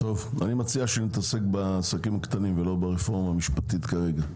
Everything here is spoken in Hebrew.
אני מציע שנתעסק בעסקים הקטנים ולא ברפורמה המשפטית כרגע.